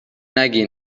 نگی